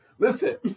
Listen